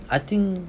I think